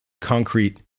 Concrete